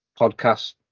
podcast